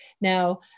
Now